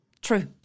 True